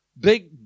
big